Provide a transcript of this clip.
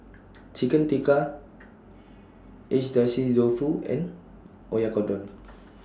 Chicken Tikka Agedashi Dofu and Oyakodon